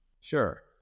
Sure